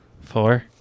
Four